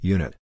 Unit